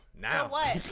Now